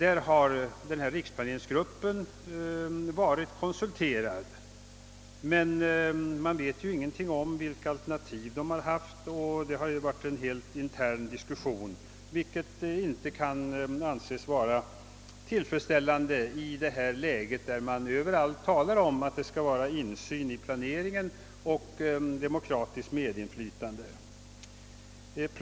Man vet emellertid ingenting om vilka alternativ som har förelegat. Det har varit en helt intern diskussion, vilket inte kan anses tillfredsställande i ett läge där man överallt talar om att det skall vara insyn i planeringen och demokratiskt medinflytande.